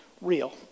real